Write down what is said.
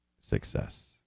success